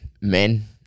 men